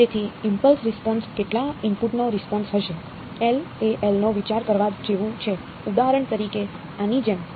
તેથી impulse response delta ઇનપુટનો response હશે L એ L નો વિચાર કરવા જેવું છે ઉદાહરણ તરીકે આની જેમ